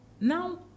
Now